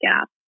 gap